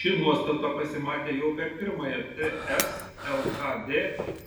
ši nuostata pasimatė jau per pirmąją ts lkd